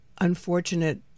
unfortunate